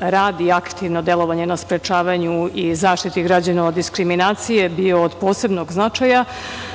rad i aktivno delovanje na sprečavanju i zaštiti građana od diskriminacije bio od posebnog značaja. Kao